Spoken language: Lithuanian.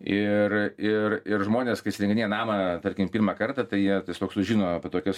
ir ir ir žmonės kai įsirenginėja namą tarkim pirmą kartą tai jie tiesiog sužino apie tokias